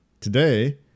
Today